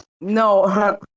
No